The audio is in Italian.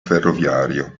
ferroviario